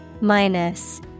Minus